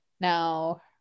now